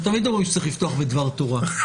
אנחנו תמיד אומרים שצריך לפתוח בדבר תורה.